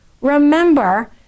remember